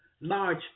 large